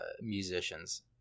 musicians